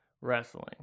Wrestling